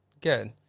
good